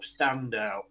standout